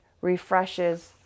refreshes